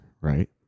right